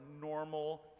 normal